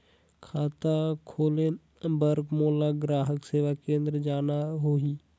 खाता खोले बार मोला ग्राहक सेवा केंद्र जाना होही?